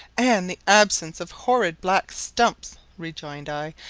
and the absence of horrid black stumps, rejoined i.